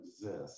exist